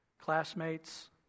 classmates